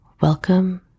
welcome